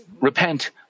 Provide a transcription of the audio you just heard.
repent